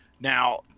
Now